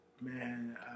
Man